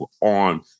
on